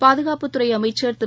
பாதுகாப்புத்துறை அமைச்சர் திரு